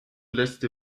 letzte